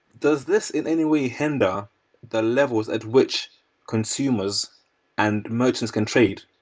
does this, in any way, hinder the levels at which consumers and merchants can trade?